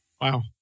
Wow